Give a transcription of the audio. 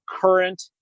current